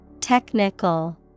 Technical